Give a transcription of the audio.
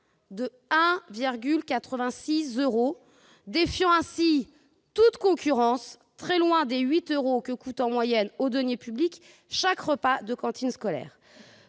de 1,86 euro, défiant toute concurrence. Nous sommes bien loin des 8 euros que coûte en moyenne aux deniers publics chaque repas de cantine scolaire